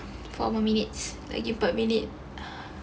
four more minutes lagi empat minutes